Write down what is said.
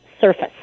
surface